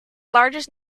largest